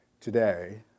today